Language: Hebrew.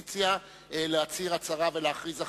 להצהיר הצהרה ולהכריז הכרזה.